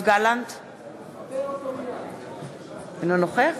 אינו נוכח